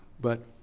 but